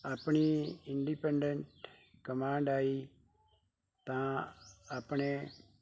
ਆਪਣੀ independent command ਆਈ ਤਾਂ ਆਪਣੇ